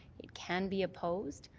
it can be opposed.